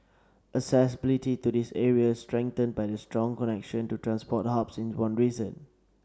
accessibility to these areas strengthened by the strong connection to transport hubs is one reason